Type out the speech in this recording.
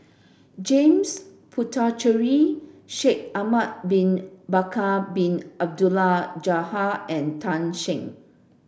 James Puthucheary Shaikh Ahmad bin Bakar Bin Abdullah Jabbar and Tan Shen